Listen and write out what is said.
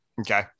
Okay